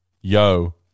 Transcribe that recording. Yo